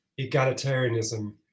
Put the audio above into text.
egalitarianism